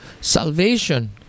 salvation